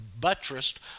buttressed